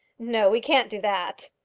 no we can't do that.